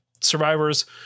survivors